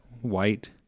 white